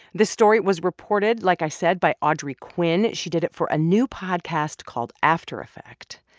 this story was reported, like i said, by audrey quinn. she did it for a new podcast called aftereffect,